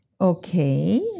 Okay